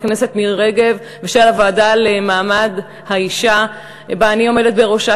הכנסת מירי רגב ושל הוועדה למעמד האישה שאני עומדת בראשה.